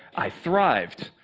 i thrived.